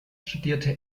studierte